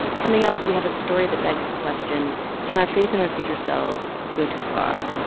coming up we have a story that begs the question can our faith in our future selves go too far?